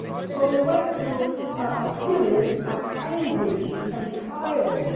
so they went through a period of anguish and trial,